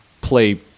play